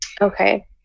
Okay